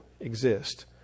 exist